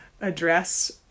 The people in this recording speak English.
address